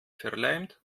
verleimt